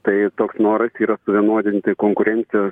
tai toks noras yra suvienodinti konkurencijos